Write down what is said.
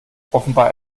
offenbar